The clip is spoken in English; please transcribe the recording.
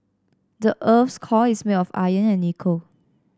the earth's core is made of iron and nickel